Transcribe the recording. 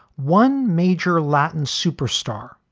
one major latin superstar,